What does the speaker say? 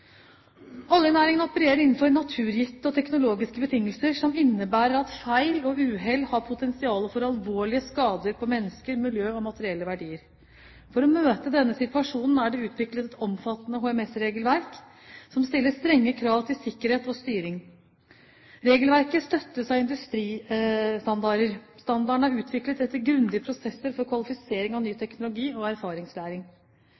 Oljenæringen opererer innenfor naturgitte og teknologiske betingelser som innebærer at feil og uhell har potensial for alvorlige skader på mennesker, miljø og materielle verdier. For å møte denne situasjonen er det utviklet et omfattende HMS-regelverk som stiller strenge krav til sikkerhet og styring. Regelverket støttes av industristandarder. Standardene er utviklet etter grundige prosesser for kvalifisering av ny